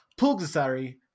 Pulgasari